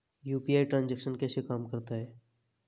UPI transaction कैसे काम करता है?